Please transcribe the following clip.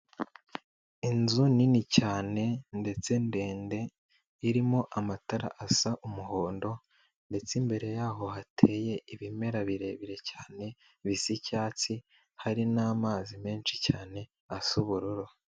Inzu nini cyane ndetse ndende, irimo amatara asa umuhondo, ndetse imbere yaho hateye ibimera birebire cyane, bisa icyatsi, hari n'amazi menshi cyane, asa ubururu.